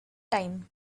time